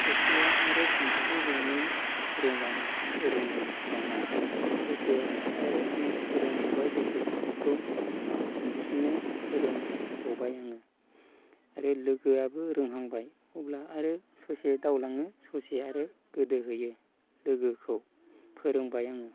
सासेया आरो सानस्रिबावनो रोंबाङा लोगोआ आरो आं फोरोंबावबाय लोगो सासेखौ सानस्रिनो फोरोंबावबाय आङो आरो लोगोआबो रोंहांबाय अब्ला आरो स'से दावलाङो ससे आरो गोदोहैयो लोगोखौ फोरोंबाय आङो